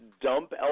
dump